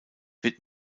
wird